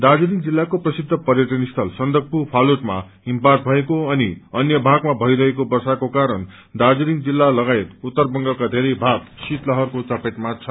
दाज्रीलिङ जिल्लाको प्रसिद्ध पर्यटन स्थल सन्दकफू ुलूटमा हिमपात भएको अनि अन्य भागमा भइरहेको वर्षको कारण दार्जीलिङ जिल्ला लगायत उत्तर बंगालका धेरै भाग शीतलहरको चपेटमा छ